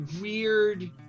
weird